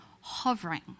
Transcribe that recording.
hovering